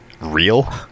real